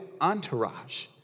entourage